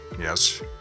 yes